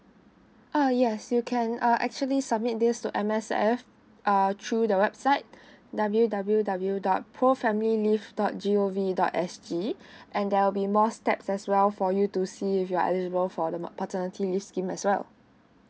uh yes you can uh actually submit this to M_S_F uh through the website W W W dot pro family leave dot G O V dot S G and there will be more steps as well for you to see if you are eligible for the ma~ paternity leave scheme as well